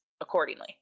accordingly